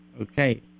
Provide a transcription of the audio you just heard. Okay